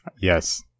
Yes